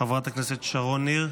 חברת הכנסת שרון ניר,